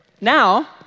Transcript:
Now